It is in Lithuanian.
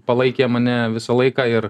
palaikė mane visą laiką ir